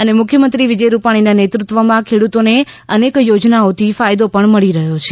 એમ મુખ્યમંત્રી વિજય રૂપાણીના નેતૃત્વમાં ખેડૂતોને અનેક યોજનાઓથી ફાયદો મળી રહ્યો છે